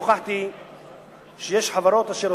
אני רוצה לומר שנוכחתי שיש חברות אשר